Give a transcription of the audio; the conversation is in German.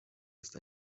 ist